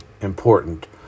important